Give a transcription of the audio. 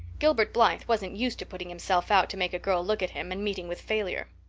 gilbert blythe wasn't used to putting himself out to make a girl look at him and meeting with failure.